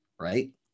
right